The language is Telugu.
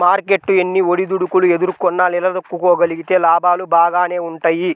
మార్కెట్టు ఎన్ని ఒడిదుడుకులు ఎదుర్కొన్నా నిలదొక్కుకోగలిగితే లాభాలు బాగానే వుంటయ్యి